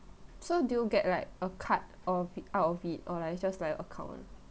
so do you get like a card or of it out of it or like it's just like account